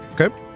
Okay